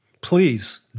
Please